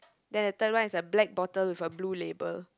then the third one is a black bottle with a blue label